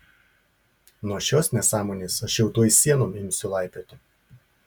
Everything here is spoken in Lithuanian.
nuo šios nesąmonės aš jau tuoj sienom imsiu laipioti